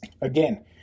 Again